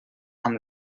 amb